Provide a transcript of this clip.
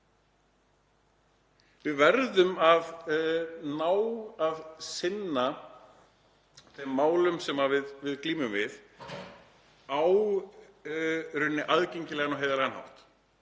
Við verðum að ná að sinna þeim málum sem við glímum við á aðgengilegan og heiðarlegan hátt.